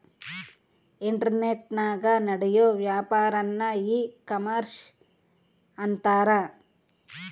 ಇಂಟರ್ನೆಟನಾಗ ನಡಿಯೋ ವ್ಯಾಪಾರನ್ನ ಈ ಕಾಮರ್ಷ ಅಂತಾರ